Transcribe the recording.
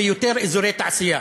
ויותר אזורי תעשייה,